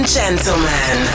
gentlemen